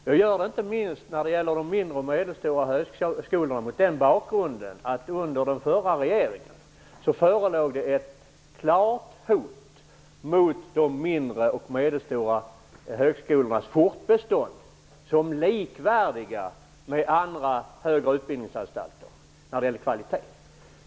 Detta är intressant inte minst mot bakgrund av att det under den förra regeringen förelåg ett klart hot mot de mindre och medelstora högskolornas fortbestånd som likvärdiga med andra högre utbildningsanstalter när det gäller kvalitet.